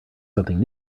something